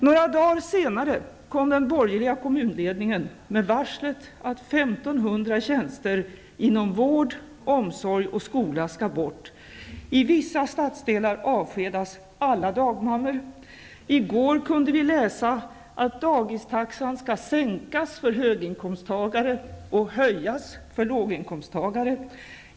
Några dagar senare kom den borgerliga kommunledningen med varslet att 1 500 tjänster inom vård, omsorg och skola skall bort. I vissa stadsdelar avskedas alla dagmammor. I går kunde vi läsa i tidningen att dagistaxan skall sänkas för höginkomsttagare och höjas för låginkomsttagare.